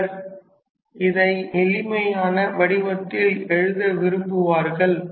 சிலர் இதை எளிமையான வடிவத்தில் எழுத விரும்புவார்கள்